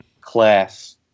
class